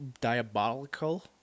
diabolical